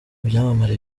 byamamare